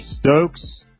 Stokes